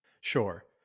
sure